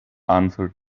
answered